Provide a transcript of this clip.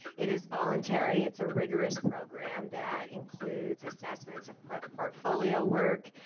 it is voluntary. it's a rigorous program that includes assessments of prep portfolio work,